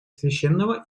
священного